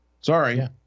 Sorry